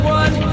one